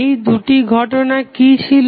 সেই দুটি ঘটনা কি ছিল